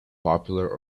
popular